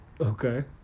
Okay